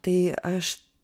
tai aš